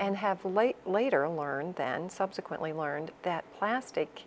and have light later learned then subsequently learned that plastic